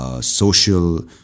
social